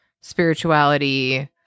spirituality